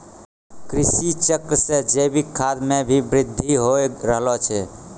कृषि चक्र से जैविक खाद मे भी बृद्धि हो रहलो छै